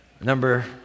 number